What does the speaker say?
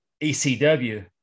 ECW